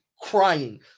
crying